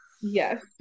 yes